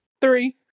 Three